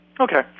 Okay